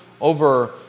over